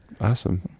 awesome